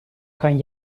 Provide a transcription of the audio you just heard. kan